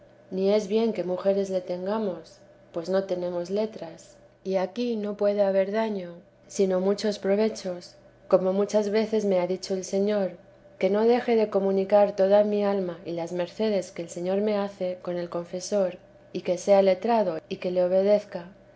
ni es bien que mujeres le tengamos pues no tenemos letras y aquí no puede haber daño sino muchos provechos como muchas veces me ha dicho el señor que no deje de comunicar toda mi alma y las mercedes que el señor me hace con el confesor y que sea letrado y que le obedezca